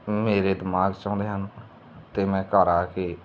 ਮੇਰੇ ਦਿਮਾਗ 'ਚ ਆਉਂਦੇ ਹਨ ਅਤੇ ਮੈਂ ਘਰ ਆ ਕੇ